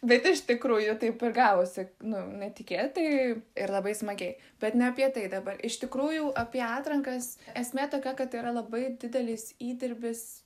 bet iš tikrųjų taip ir gavosi nu netikėtai ir labai smagiai bet ne apie tai dabar iš tikrųjų apie atrankas esmė tokia kad tai yra labai didelis įdirbis